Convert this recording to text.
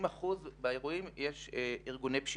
בכ-80% מאירועי פשיעת סייבר בעולם מעורבים ארגוני פשיעה.